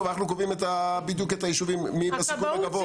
וקובעים בדיוק את היישובים ומי בסיכון גבוה.